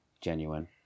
genuine